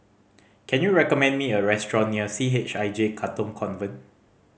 can you recommend me a restaurant near C H I J Katong Convent